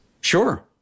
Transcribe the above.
Sure